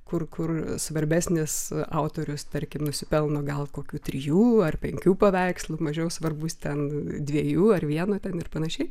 kur kur svarbesnis autorius tarkim nusipelno gal kokių trijų ar penkių paveikslų mažiau svarbus ten dviejų ar vieno ten ir panašiai